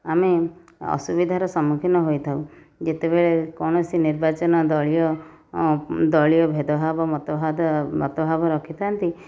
ଆମେ ଅସୁବିଧାର ସମ୍ମୁଖୀନ ହୋଇଥାଉ ଯେତେବେଳେ କୌଣସି ନିର୍ବାଚନ ଦଳୀୟ ଦଳୀୟ ଭେଦଭାବ ମତଭାବ ରଖିଥାଆନ୍ତି